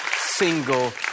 single